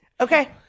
Okay